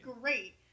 great